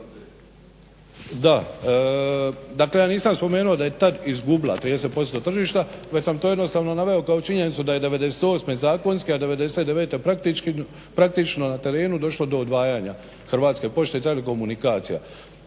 Da, dakle ja nisam spomenuo da je tad izgubila 30% tržišta već sam to jednostavno naveo kao činjenicu da je '98. zakonski, a '99. praktično na terenu došlo do odvajanja Hrvatske pošte i telekomunikacija.